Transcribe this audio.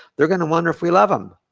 they're gonna wonder if we love them.